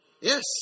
Yes